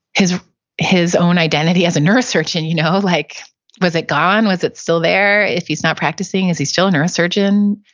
his his own identity as a neurosurgeon, you know? like was it gone? was it still there? if he's not practicing, is he still a neurosurgeon?